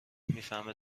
میفهمه